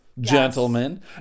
gentlemen